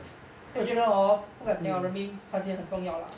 所以我觉得 hor 人民团结很重要 lah